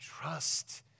trust